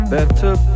Better